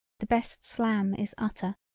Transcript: the best slam is utter.